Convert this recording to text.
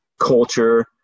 culture